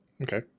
Okay